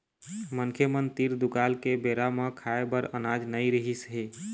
मनखे मन तीर दुकाल के बेरा म खाए बर अनाज नइ रिहिस हे